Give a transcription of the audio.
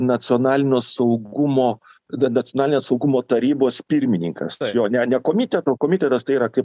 nacionalinio saugumo nacionalinės saugumo tarybos pirmininkas jo ne ne komiteto o komitetas tai yra kaip